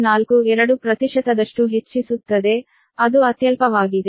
42 ಪ್ರತಿಶತದಷ್ಟು ಹೆಚ್ಚಿಸುತ್ತದೆ ಅದು ಅತ್ಯಲ್ಪವಾಗಿದೆ